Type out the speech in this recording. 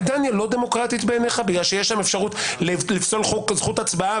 בריטניה לא דמוקרטית בעיניך כי יש שם אפשרות לפסול זכות הצבעה?